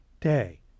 day